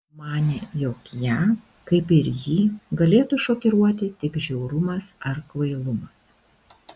manė jog ją kaip ir jį galėtų šokiruoti tik žiaurumas ar kvailumas